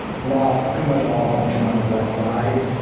lost pretty much all function on his left side.